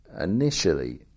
initially